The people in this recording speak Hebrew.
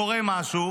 קורה משהו